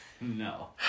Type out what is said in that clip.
No